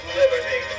liberty